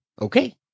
Okay